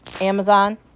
Amazon